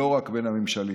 לא רק בין הממשלים.